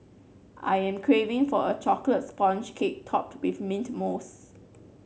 I am craving for a chocolate sponge cake topped with mint mousse